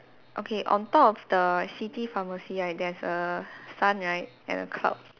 okay on top of the city pharmacy right there's a sun right and a cloud